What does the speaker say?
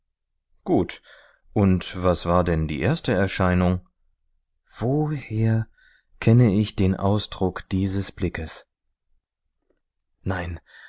gut und was war denn die erste erscheinung woher kenne ich den ausdruck dieses blickes nein